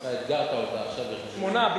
אתה אתגרת אותה עכשיו, שמונה ביקשתי.